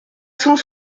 cent